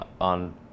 on